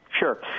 Sure